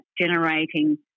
generating